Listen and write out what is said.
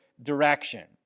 direction